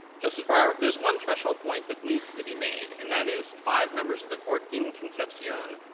justice breyer, there's one threshold point that needs to be made, and that is five members of the court in concepcion,